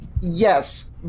yes